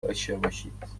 داشتهباشید